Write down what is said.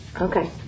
Okay